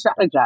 strategize